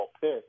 pick